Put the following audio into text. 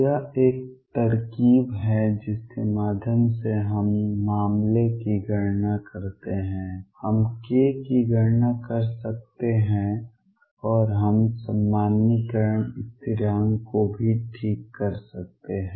यह एक तरकीब है जिसके माध्यम से हम मामले की गणना करते हैं हम k की गणना कर सकते हैं और हम सामान्यीकरण स्थिरांक को भी ठीक कर सकते हैं